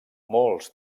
molts